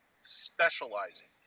specializing